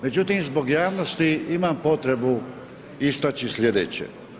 Međutim, zbog javnosti imam potrebu istaći sljedeće.